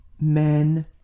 men